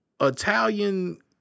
Italian